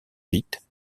vite